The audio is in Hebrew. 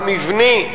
המבני,